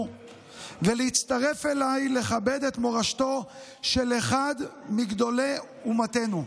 ולהצטרף אליי לכבד את מורשתו של אחד מגדולי אומתנו.